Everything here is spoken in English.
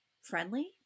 friendly